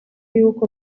y’uko